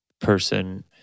person